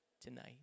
tonight